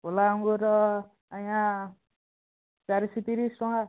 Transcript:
କଳା ଅଙ୍ଗୁର ଆଜ୍ଞା ଚାରିଶହ ତିରିଶ ଟଙ୍କା